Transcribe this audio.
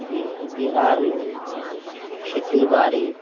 बिहारमे खेती बाड़ी